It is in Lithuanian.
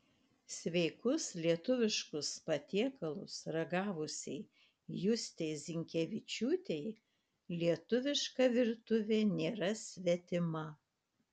sveikus lietuviškus patiekalus ragavusiai justei zinkevičiūtei lietuviška virtuvė nėra svetima